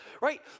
right